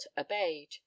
obeyed